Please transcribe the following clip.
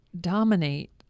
dominate